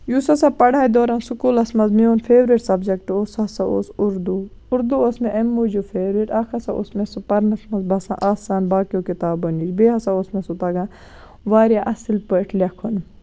یُس ہسا پَڑٲے دوران سکوٗلَس منٛز میٛون فیورِٹ سبجیکٹ اوس سُہ ہسا اوس اُردٗو اُردُو اوس مےٚ اَمہِ موٗجوٗب فیورِٹ اکھ ہسا اوس مےٚ سُہ پَرنَس منٛز باسان آسان باقیو کِتابن نِش بیٚیہِ ہسا اوس مےٚ سُہ تَگان واریاہ اَصٕل پٲٹھۍ لیٚکھُن